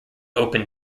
open